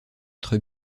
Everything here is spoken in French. être